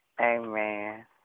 Amen